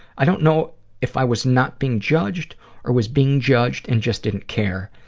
i don't know if i was not being judged or was being judged and just didn't care,